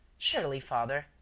surely, father,